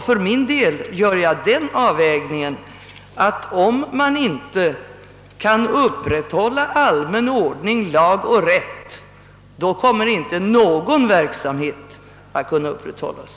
För min del gör jag den avvägningen att om man inte kan upprätthålla allmän ordning, lag och rätt, kommer inte någon verksamhet att kunna upprätthållas.